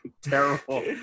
Terrible